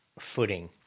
footing